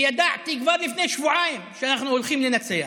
ידעתי כבר לפני שבועיים שאנחנו הולכים לנצח.